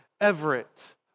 Everett